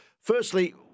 Firstly